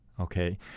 Okay